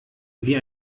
wie